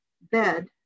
bed